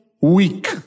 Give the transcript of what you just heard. weak